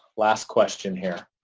last question here.